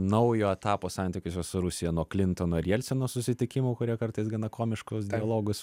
naujo etapo santykiuose su rusija nuo klintono ir jelcino susitikimų kurie kartais gana komiškus dialogus